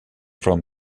from